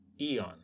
eon